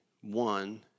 one